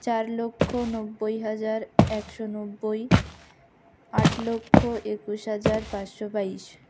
চার লক্ষ নব্বই হাজার একশো নব্বই আট লক্ষ একুশ হাজার পাঁচশো বাইশ